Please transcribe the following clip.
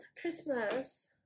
Christmas